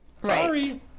Sorry